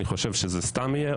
אבל אני חושב שזה סתם.